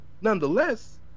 Nonetheless